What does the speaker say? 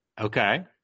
Okay